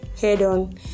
head-on